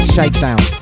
Shakedown